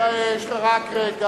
תודה רבה לסגנית השר